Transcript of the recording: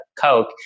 Coke